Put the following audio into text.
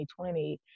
2020